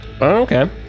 Okay